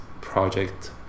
project